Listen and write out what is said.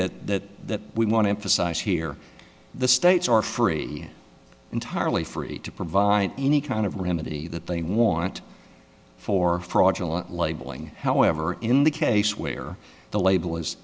thing that we want to emphasize here the states are free entirely free to provide any kind of remedy that they want for fraudulent labeling however in the case where the label is